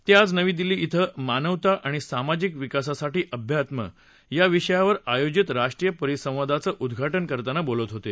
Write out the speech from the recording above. ते आज नवी दिल्ली कें मानवता आणि सामाजिक विकासासाठी आध्यात्म या विषयावर आयोजित राष्ट्रीय परिसंवादाचं उद्घाटन करताना बोलत होते